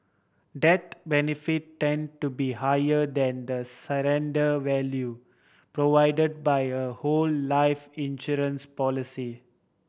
death benefit tend to be higher than the surrender value provide by a whole life insurance policy